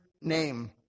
name